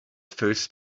first